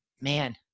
man